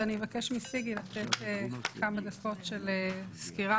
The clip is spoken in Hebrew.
ואני אבקש מסיגי לתת כמה דקות של סקירה